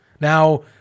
Now